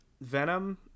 Venom